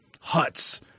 huts